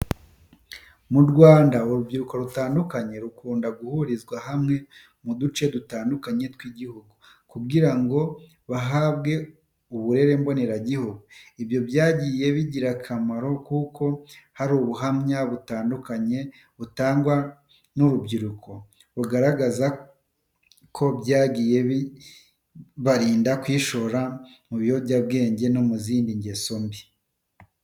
Mu Rwanda urubyiruko rutandukanye rukunda guhurizwa hamwe, mu duce dutandukanye tw'igihugu kugira ngo bahabwe uburere mboneragihugu, ibyo byagiye bigira akamaro kuko hari ubuhamya butandukanye butangwa n'urwo rubyiruko, bugaragaza ko byagiye bibarinda kwishora mu biyobyabwenge no mu zindi ngeso mbi.